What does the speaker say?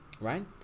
right